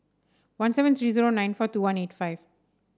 one seven three zero nine four two one eight five